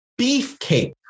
beefcake